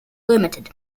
limited